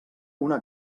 una